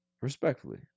Respectfully